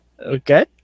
Okay